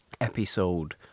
episode